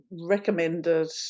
recommended